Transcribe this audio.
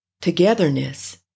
togetherness